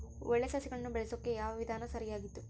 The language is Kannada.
ಒಳ್ಳೆ ಸಸಿಗಳನ್ನು ಬೆಳೆಸೊಕೆ ಯಾವ ವಿಧಾನ ಸರಿಯಾಗಿದ್ದು?